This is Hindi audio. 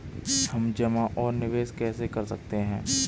हम जमा और निवेश कैसे कर सकते हैं?